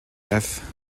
death